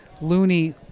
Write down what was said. Looney